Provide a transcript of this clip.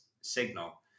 signal